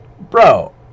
bro